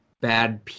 bad